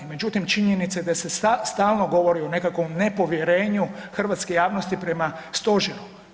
Međutim, činjenica je da se stalno govori o nekakvom nepovjerenju hrvatske javnosti prema stožeru.